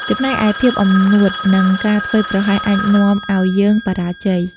ចំណែកឯភាពអំនួតនិងការធ្វេសប្រហែស អាចនាំឱ្យយើងបរាជ័យ។